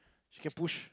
you can push